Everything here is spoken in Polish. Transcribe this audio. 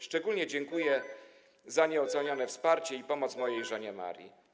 Szczególnie dziękuję za nieocenione wsparcie i pomoc mojej żonie Marii.